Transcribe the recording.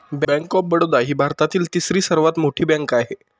bank of Baroda ही भारतातील तिसरी सर्वात मोठी बँक आहे